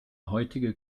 heutige